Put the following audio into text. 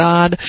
God